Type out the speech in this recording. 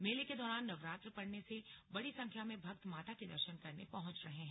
मेले के दौरान नवरात्र पड़ने से बड़ी संख्या में भक्त माता के दर्शन करने पहुंच रहे हैं